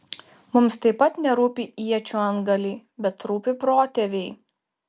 mums taip pat nerūpi iečių antgaliai bet rūpi protėviai